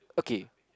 okay